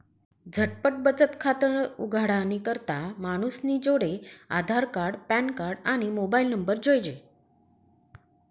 झटपट बचत खातं उघाडानी करता मानूसनी जोडे आधारकार्ड, पॅनकार्ड, आणि मोबाईल नंबर जोइजे